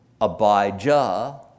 Abijah